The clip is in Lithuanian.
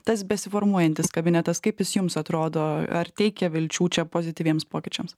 tas besiformuojantis kabinetas kaip jis jums atrodo ar teikia vilčių čia pozityviems pokyčiams